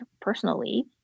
personally